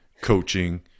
coaching